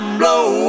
blow